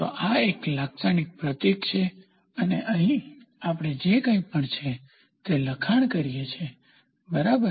તો આ એક લાક્ષણિક પ્રતીક છે અને અહીં આપણે જે કંઇ પણ છે તે લખાણ લખીએ બરાબર